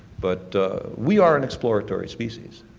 but we are an expiratory species.